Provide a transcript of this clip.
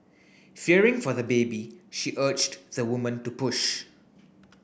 fearing for the baby she urged the woman to push